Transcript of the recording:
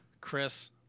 Chris